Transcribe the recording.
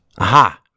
Aha